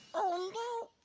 oh no.